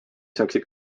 saaksid